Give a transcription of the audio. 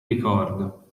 ricordo